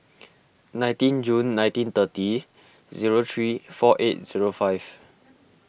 nineteen June nineteen thirty zero three four eight zero five